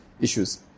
issues